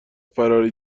فراری